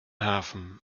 hafen